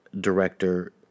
director